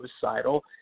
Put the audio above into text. suicidal